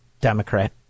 Democrat